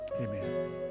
amen